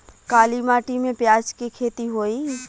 काली माटी में प्याज के खेती होई?